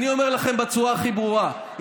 אני אומר לכם בצורה הכי ברורה,